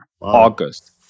August